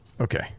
Okay